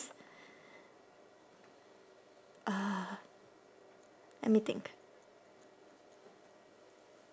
uh let me think